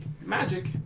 magic